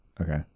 Okay